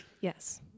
Yes